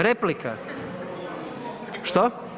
Replika, što?